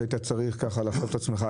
שהיית צריך כך לחשוף את עצמך.